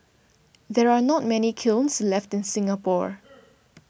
there are not many kilns left in Singapore